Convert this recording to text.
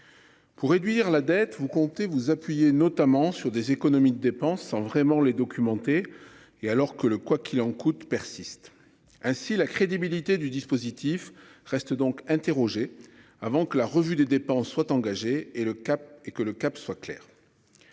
Pour réduire la dette, vous comptez vous appuyer notamment sur des économies de dépenses sans vraiment les documenté et alors que le quoi qu'il en coûte persiste ainsi la crédibilité du dispositif reste donc interrogé avant que la revue des dépenses soit engagée et le cap et que le cap soit clair.